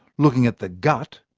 looking at the gut,